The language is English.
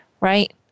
right